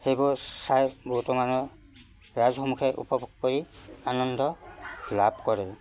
সেইবোৰ চাই বহুতো মানুহ ৰাজসমূখে উপভোগ কৰি আনন্দ লাভ কৰে